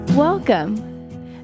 Welcome